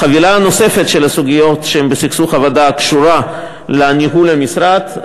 החבילה הנוספת של סוגיות שהן בסכסוך עבודה קשורה לניהול המשרד.